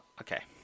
Okay